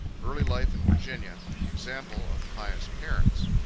early life in virginia example of pious parents.